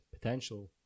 potential